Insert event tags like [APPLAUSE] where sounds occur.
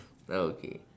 [NOISE] oh okay